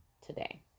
today